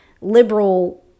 liberal